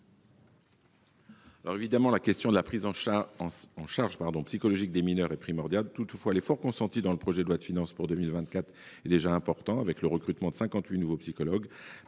la commission ? La question de la prise en charge psychologique des mineurs est primordiale. Toutefois, l’effort consenti dans le cadre du projet de loi de finances pour 2024, à savoir le recrutement de 58 nouveaux psychologues,